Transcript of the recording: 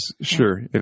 sure